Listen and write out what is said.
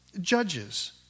judges